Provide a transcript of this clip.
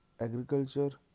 agriculture